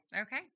Okay